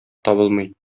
табылмый